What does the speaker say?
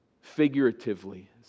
Figuratively